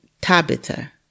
Tabitha